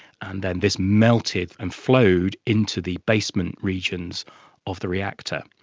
and then this melted and flowed into the basement regions of the reactor.